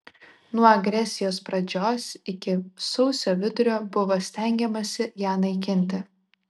nuo agresijos pradžios iki sausio vidurio buvo stengiamasi ją naikinti